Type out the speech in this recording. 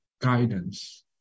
guidance